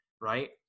right